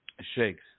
Shakes